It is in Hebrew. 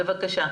בבקשה.